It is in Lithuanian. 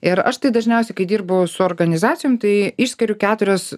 ir aš tai dažniausiai kai dirbu su organizacijom tai išskiriu keturis